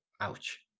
ouch